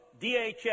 DHS